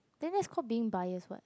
then that's called being biased [what]